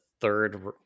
third